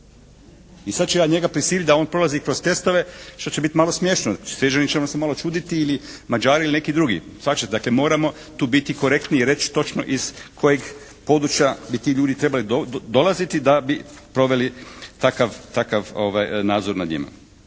I sad ću ja njega prisiliti da on prolazi kroz testove što će biti malo smiješno. Šveđani će nam se malo čuditi ili Mađari ili neki drugi. Shvaćate. Dakle, moramo tu biti korektni i reći točno iz kojeg područja bi ti ljudi trebali dolaziti da bi proveli takav nadzor nad njima,